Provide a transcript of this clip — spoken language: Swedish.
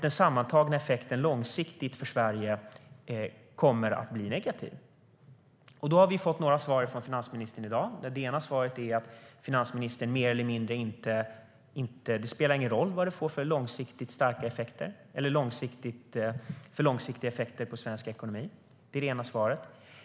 Den sammantagna effekten kommer långsiktigt att bli negativ för Sverige. Vi har fått ett par svar av finansministern i dag. Det ena svaret är att det inte spelar någon roll vilka långsiktiga effekter det får för svensk ekonomi. Det är det ena svaret.